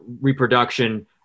reproduction